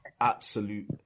absolute